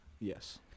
Yes